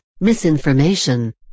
misinformation